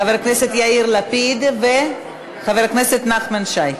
חבר הכנסת יאיר לפיד וחבר הכנסת נחמן שי,